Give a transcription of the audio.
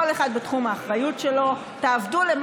כל אחד בתחום האחריות שלו.